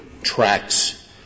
tracks